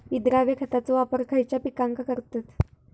विद्राव्य खताचो वापर खयच्या पिकांका करतत?